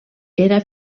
era